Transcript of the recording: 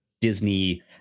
Disney